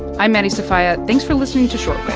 i'm maddie sofia. thanks for listening to short